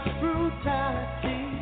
brutality